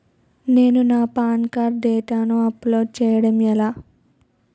నేను నా PAN card డేటాను అప్లోడ్ చేయడం ఎలా?